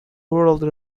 world